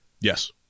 Yes